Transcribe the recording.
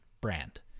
Brand